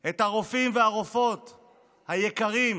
את הרופאים והרופאות היקרים,